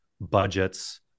budgets